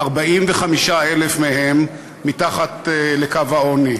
45,000 מהם מתחת לקו העוני.